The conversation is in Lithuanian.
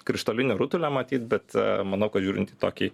krištolinio rutulio matyt bet a manau kad žiūrint į tokį